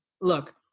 look